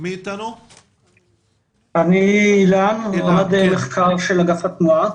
אני רמ"ד מחקר של אגף התנועה.